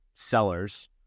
sellers